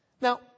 Now